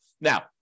now